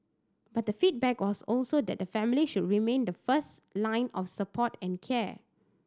but the feedback was also that the family should remain the first line of support and care